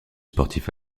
sportifs